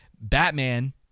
batman